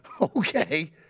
Okay